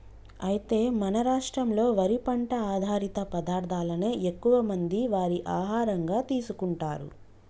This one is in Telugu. అయితే మన రాష్ట్రంలో వరి పంట ఆధారిత పదార్థాలనే ఎక్కువ మంది వారి ఆహారంగా తీసుకుంటారు